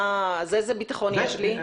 איזה ביטחון יש לי?